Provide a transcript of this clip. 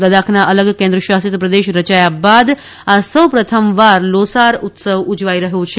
લદ્દાખના અલગ કેન્દ્રશાસિત પ્રદેશ રચાયા બાદ આ સૌપ્રથમવાર લોસાર ઉત્સવ ઉજવાઇ રહ્યો છે